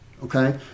okay